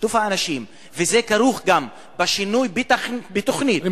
וזה גם כרוך בשינוי בתוכנית, או